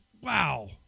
wow